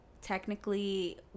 technically